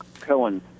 Cohen